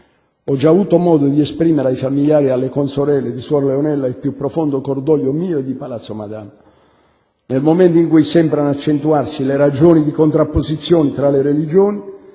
Ho già avuto modo di esprimere ai familiari e alle consorelle di suor Leonella il più profondo cordoglio mio e di Palazzo Madama. Nel momento in cui sembrano accentuarsi le ragioni di contrapposizione tra le religioni,